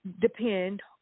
depend